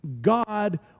God